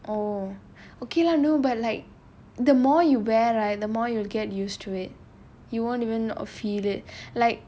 oh okay lah no but like the more you wear right the more you'll get used to it you won't even feel it like